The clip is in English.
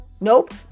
Nope